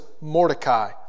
Mordecai